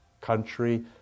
country